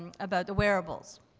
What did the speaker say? um about the wearables.